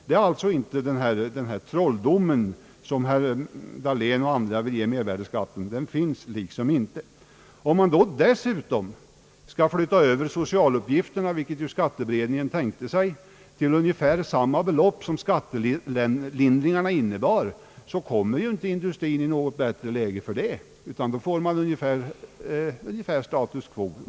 Den trolldomskraft som herr Dahlén och andra talare vill förläna mervärdeskatten finns alltså inte. Om man dessutom skall ändra socialutgifterna så att företagen skall betala dem — vilket skatteberedningen ju tänkte sig — till ungefär samma belopp som skattelindringarna innebar, så kommer industrien inte i något bättre läge för det, utan det blir ungefär status quo.